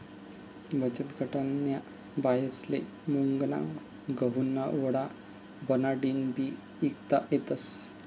बचतगटन्या बायास्ले मुंगना गहुना वडा बनाडीन बी ईकता येतस